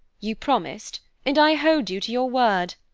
you promised, and i hold you to your word,